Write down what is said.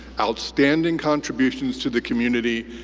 outstanding contributions to the community,